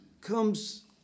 comes